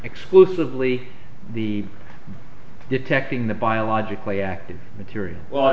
exclusively the detecting the biologically active material well